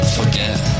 Forget